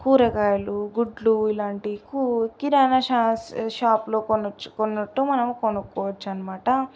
కూరగాయలు గుడ్లు ఇలాంటి కూ కిరాణా షా షాప్లో కొనవచ్చు కొన్నట్టు మనం కొనుక్కోవచ్చు అనమాట